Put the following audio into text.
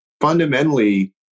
fundamentally